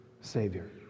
Savior